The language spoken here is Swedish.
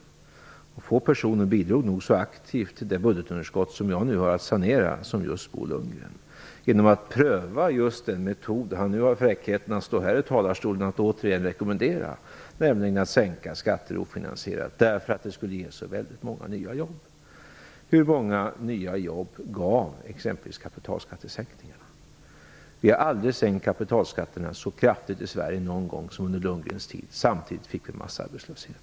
Sannolikt bidrog få personer så aktivt som Bo Lundgren till det budgetunderskott som jag nu har sanerat, och det gjorde han med den metod som han nu har fräckheten att från sin talarstol återigen rekommendera, nämligen att ofinansierat sänka skatter därför att det skulle ge så väldigt många nya jobb. Hur många nya jobb gav t.ex. kapitalskattesänkningen? Vi har aldrig någonsin sänkt marginalskatterna som under Bo Lundgrens tid, och samtidigt fick vi en massarbetslöshet.